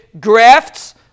grafts